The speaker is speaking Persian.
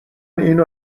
اینو